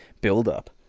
buildup